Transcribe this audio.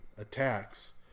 attacks